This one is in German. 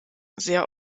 sehr